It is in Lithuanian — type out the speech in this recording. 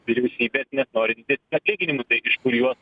vyriausybės nes nori didesnių atlyginimų tai iš kur juos